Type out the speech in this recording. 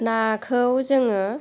नाखौ जोङो